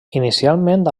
inicialment